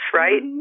right